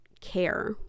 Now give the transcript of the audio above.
care